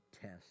test